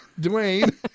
Dwayne